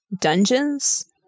dungeons